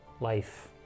Life